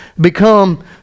become